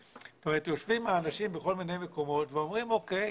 יושבים אנשים בכל מיני מקומות ואומרים 'אוקיי,